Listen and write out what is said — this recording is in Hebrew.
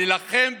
להילחם בקורונה,